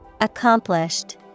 Accomplished